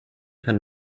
kann